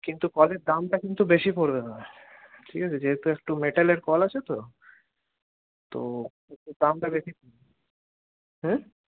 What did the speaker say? কিন্তু কলের দামটা কিন্তু বেশি পরবে দাদা যেহেতু একটু মেটালের কল আছে তো দামটা বেশি পরবে